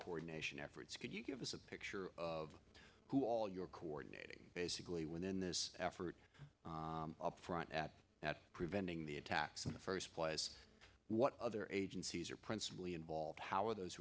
coordination efforts could you give us a picture of who all you're coordinating basically with in this effort up front at preventing the attacks in the first place what other agencies are principally involved how are those